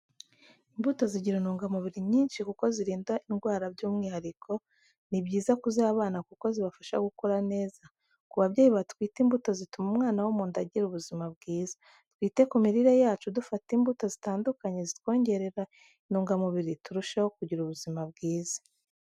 Imbuto zigira intungamuburi nyishi kuko zirinda indwara byumwihariko, ni byiza kuziha abana kuko zibafasha gukura neza, ku babyeyi batwite imbuto zituma umwana wo mu nda agira ubuzima bwiza, twite ku mirire yacu dufata imbuto zitandukanye zitwongerera intungamubiri turusheho kugira ubuzima bwiza.